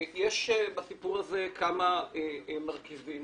יש בסיפור הזה כמה מרכיבים.